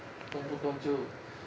动不动就